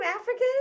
African